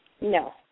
No